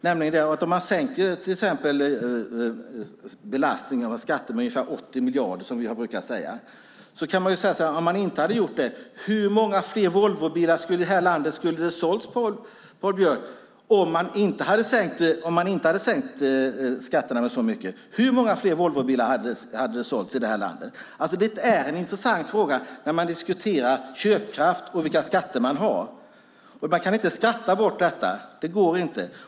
Om man sänker till exempel belastningen av skatterna med ungefär 80 miljarder, som vi har brukat säga, är frågan: Om man inte hade sänkt skatterna så mycket, hur många fler Volvobilar skulle ha sålts i detta land? Det är en intressant fråga när man diskuterar köpkraft och vilka skatter man har. Man kan inte skatta bort detta. Det går inte.